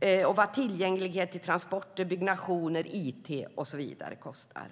kan läsa vad tillgänglighet till transporter, byggnationer, it och så vidare kostar.